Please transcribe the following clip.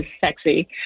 sexy